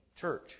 church